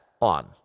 on